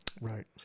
right